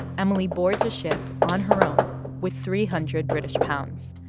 emily boards a ship on her own with three hundred british pounds.